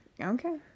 Okay